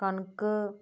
कनक